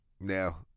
Now